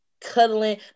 cuddling